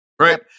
right